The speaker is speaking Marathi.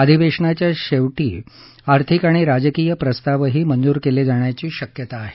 अधिवेशनाच्या शेवटी आर्थिक आणि राजकीय प्रस्तावही मंजूर केले जाण्याची शक्यता आहे